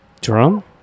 Drum